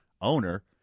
owner